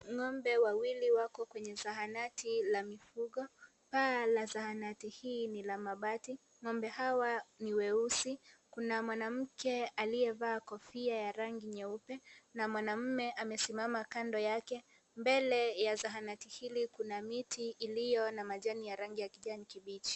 Ng'ombe wawili wako kwenye zahanatini la mifugo. Paa la zahanati hii ni la mabati. Ng'ombe hawa, ni weusi. Kuna mwanamke aliyevaa kofia ya rangi nyeupe na mwanaume amesimama kando yake. Mbele ya zahanati hili, kuna miti iliyo na majani iliyo na rangi ya kijani kibichi.